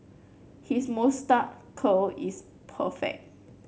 his moustache curl is perfect